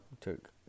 took